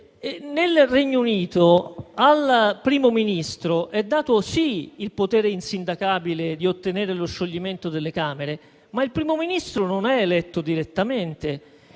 Nel Regno Unito al Primo Ministro è dato sì il potere insindacabile di ottenere lo scioglimento delle Camere, ma il Primo Ministro non è eletto direttamente.